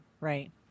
right